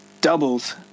doubles